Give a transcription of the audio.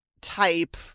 type